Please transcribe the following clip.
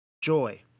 joy